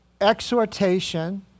exhortation